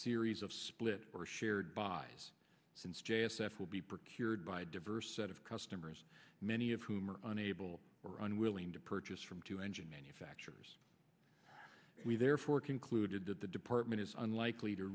series of split or shared by us since j s f will be by diverse set of customers many of whom are unable or unwilling to purchase from two engine manufacturers we therefore concluded that the department is unlikely to